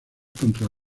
contra